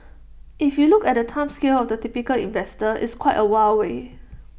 if you look at the time scale of the typical investor it's quite A while away